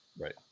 Right